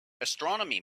astronomy